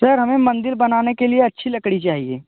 sir हमें मंदिर बनाने के लिए अच्छी लकड़ी चाहिए